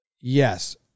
Yes